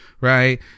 Right